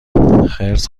خرس